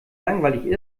langweilig